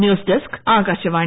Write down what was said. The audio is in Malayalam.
news desk Akashvani